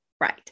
Right